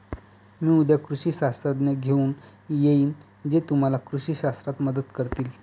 मी उद्या कृषी शास्त्रज्ञ घेऊन येईन जे तुम्हाला कृषी शास्त्रात मदत करतील